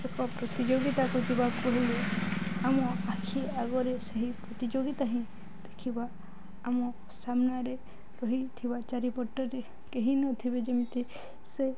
ଓ ପ୍ରତିଯୋଗିତାକୁ ଯିବାକୁ ହେଲେ ଆମ ଆଖି ଆଗରେ ସେହି ପ୍ରତିଯୋଗିତା ହିଁ ଦେଖିବା ଆମ ସାମ୍ନାରେ ରହିଥିବା ଚାରିପଟରେ କେହି ନଥିବେ ଯେମିତି ସେ